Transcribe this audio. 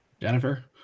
Jennifer